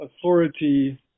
authority